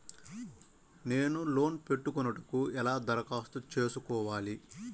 నేను లోన్ పెట్టుకొనుటకు ఎలా దరఖాస్తు చేసుకోవాలి?